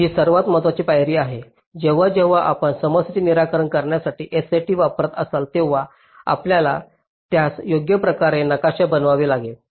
ही सर्वात महत्वाची पायरी आहे जेव्हा जेव्हा आपण समस्येचे निराकरण करण्यासाठी SAT वापरत असाल तेव्हा आपल्याला त्यास योग्यप्रकारे नकाशा बनवावे लागेल